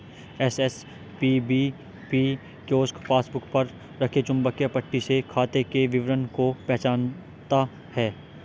SSPBP kiosk passbook पर रखे चुंबकीय पट्टी से खाते के विवरण को पहचानता है